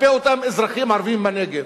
כלפי אותם אזרחים ערבים בנגב,